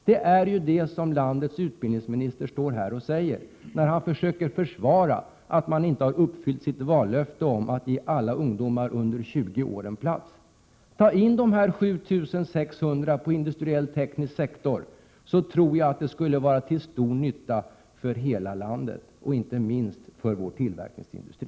Det är ju det som landets utbildningsminister står här och säger när han försöker försvara att regeringen inte har uppfyllt sitt vallöfte om att ge alla ungdomar under 20 år en plats i gymnasieskolan. Om dessa 7 600 togs in på den teknisk-industriella sektorns utbildningar, tror jag att det skulle vara till stor nytta för hela landet, och inte minst för vår tillverkningsindustri.